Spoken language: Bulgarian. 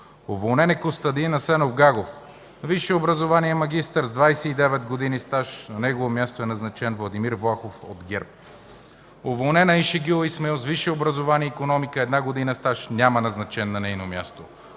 Уволнен е Костадин Асенов Гагов – висше образование, магистър, с 29 години стаж. На негово място е назначен Владимир Влахов от ГЕРБ. Уволнена е Айшегюл Исмаил – висше образование „Икономика”, една година стаж. Няма назначен на негово място.